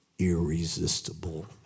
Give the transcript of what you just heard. irresistible